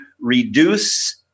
reduce